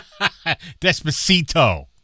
Despacito